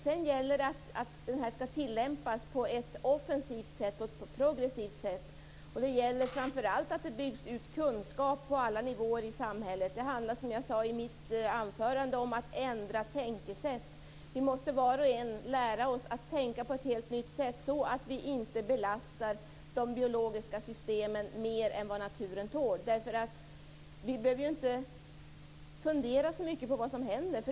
Sedan gäller det att tillämpa den på ett offensivt och progressivt sätt. Det gäller framför allt att bygga ut kunskap på alla nivåer i samhället. Det handlar som jag sade i mitt anförande om att ändra tänkesätt. Vi måste var och en lära oss att tänka på ett helt nytt sätt, så att vi inte belastar de biologiska systemen mer än vad naturen tål. Vi behöver inte fundera så mycket på vad som händer.